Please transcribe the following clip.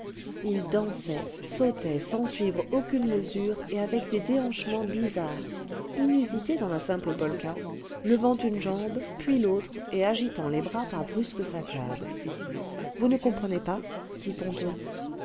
us dansaient sautaient sans suivre aucune mesure et avec des déhanchements bizarres inusités dans la simple polka levant une jambe puis l'autre et agitant les bras par brusques saccades vous ne comprenez pas dit ponto